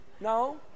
No